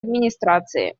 администрации